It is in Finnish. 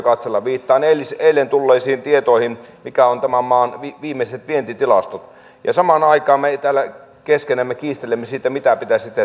viittaan eilen tulleisiin tietoihin mitkä ovat tämän maan viimeiset vientitilastot ja samaan aikaan me täällä keskenämme kiistelemme siitä mitä pitäisi tehdä